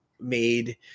made